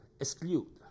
exclude